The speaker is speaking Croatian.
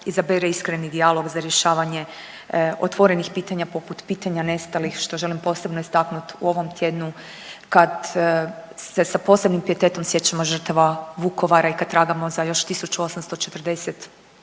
izabere iskreni dijalog za rješavanje otvorenih pitanja poput pitanja nestalih što želim posebno istaknut u ovom tjednu kad se sa posebnim pijetetom sjećamo žrtava Vukovara i kad tragamo za još 1840